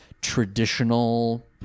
traditional